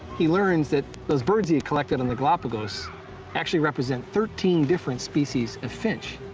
he learns that those birds he had collected on the galapagos actually represented thirteen different species of finch.